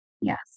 Yes